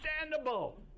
understandable